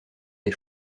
des